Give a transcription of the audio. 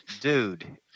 dude